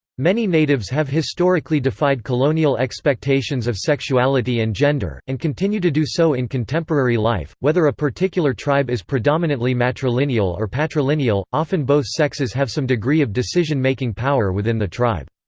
many natives have historically defied colonial expectations of sexuality and gender, and continue to do so in contemporary life whether a particular tribe is predominantly matrilineal or patrilineal, often both sexes have some degree of decision-making power within the tribe.